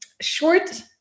short